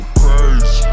praise